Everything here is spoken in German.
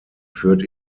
führt